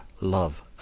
love